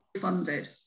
funded